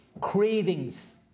cravings